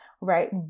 right